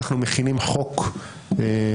אנחנו מכינים חוק כולל,